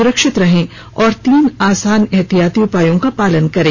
सुरक्षित रहें और तीन आसान उपायों का पालन करें